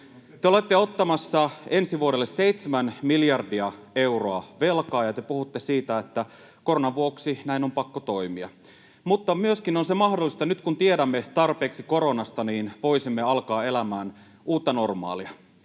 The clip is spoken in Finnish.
Te olette ottamassa ensi vuodelle 7 miljardia euroa velkaa, ja te puhutte siitä, että koronan vuoksi näin on pakko toimia. Mutta on myöskin se mahdollisuus, että nyt kun tiedämme tarpeeksi koronasta, voisimme alkaa elämään uutta normaalia.